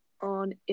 on